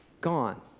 gone